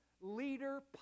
leader